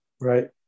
right